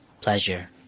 Pleasure